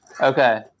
Okay